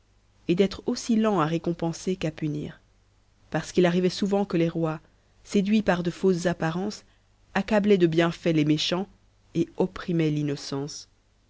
et d'être aussi lent à récompenser qu'à punir parce qu'il arrivait souvent que les rois séduits par de fausses apparences accablaient de bienfaits les méchants et opprimaient l'innocence